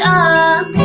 up